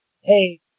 Hey